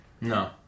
No